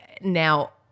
now